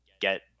get